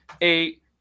eight